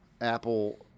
Apple